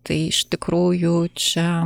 tai iš tikrųjų čia